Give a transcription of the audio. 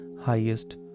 highest